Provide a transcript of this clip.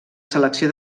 selecció